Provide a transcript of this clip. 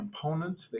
components